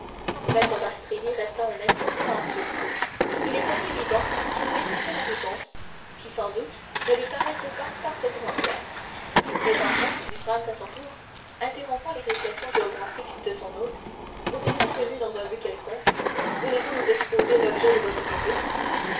maître pastrini resta un instant silencieux il était évident qu'il méditait la réponse qui sans doute ne lui paraissait pas parfaitement claire mais enfin dit franz à son tour interrompant les réflexions géographiques de son hôte vous étiez venu dans un but quelconque voulez-vous nous exposer l'objet de votre visite